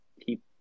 keep